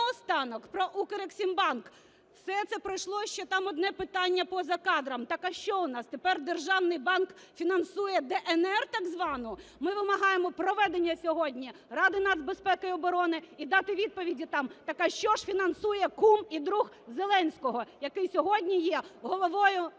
наостанок про Укрексімбанк. Все це пройшло, ще там одне питання поза кадром. Так, а що в нас тепер державний банк фінансує "ДНР" так звану? Ми вимагаємо проведення сьогодні Ради нацбезпеки і оборони і дати відповіді там, так, а що ж фінансує кум і друг Зеленського, який сьогодні є головою